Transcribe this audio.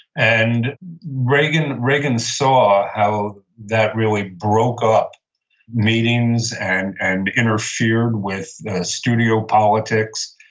and reagan reagan saw how that really broke up meetings and and interfered with studio politics,